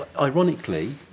ironically